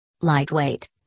Lightweight